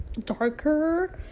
darker